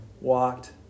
walked